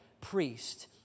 priest